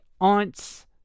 aunt's